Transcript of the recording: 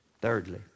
Thirdly